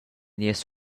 nies